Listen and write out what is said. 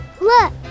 Look